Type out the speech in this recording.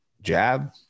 jab